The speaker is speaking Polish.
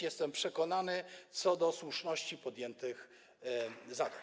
Jestem przekonany co do słuszności podjętych zadań.